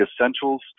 essentials